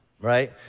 right